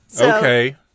Okay